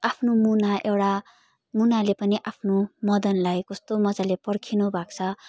आफ्नो मुना एउटा मुनाले पनि आफ्नो मदनलाई कस्तो मजाले पर्खिनु भएको छ